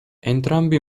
entrambi